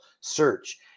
search